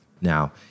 Now